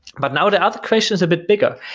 but now the other creation's a bit bigger.